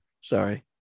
Sorry